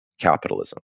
capitalism